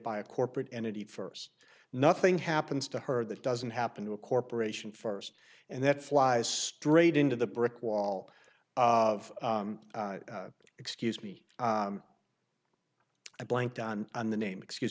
by a corporate entity first nothing happens to her that doesn't happen to a corporation first and that flies straight into the brick wall of excuse me i blanked on on the name excuse